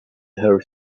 her